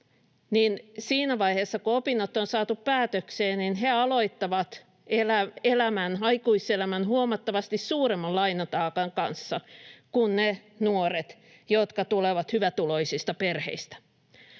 niin siinä vaiheessa, kun opinnot on saatu päätökseen, he aloittavat aikuiselämän huomattavasti suuremman lainataakan kanssa kuin ne nuoret, jotka tulevat hyvätuloisista perheistä.